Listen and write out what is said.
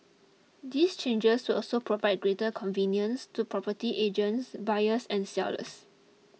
these changes will also provide greater convenience to property agents buyers and sellers